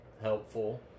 helpful